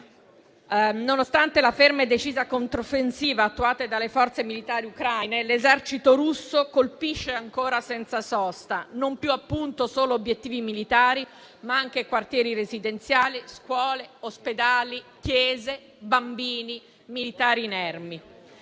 Nonostante la ferma e decisa controffensiva attuata dalle forze militari ucraine, l'esercito russo colpisce ancora senza sosta, non più - appunto - solo obiettivi militari, ma anche quartieri residenziali, scuole, ospedali, chiese, bambini, militari inermi.